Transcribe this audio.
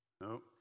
No